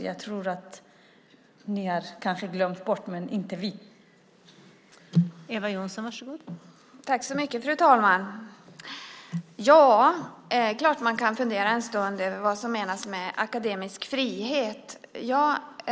Jag tror att ni kanske har glömt bort detta, men det har inte vi gjort.